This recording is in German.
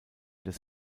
des